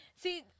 See